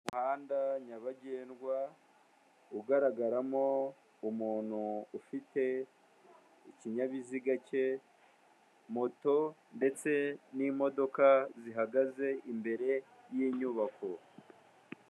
Umuhanda nyabagendwa, ugaragaramo umuntu ufite ikinyabiziga cye, moto ndetse n'imodoka zihagaze imbere y'inyubako.